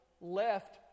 left